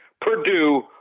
Purdue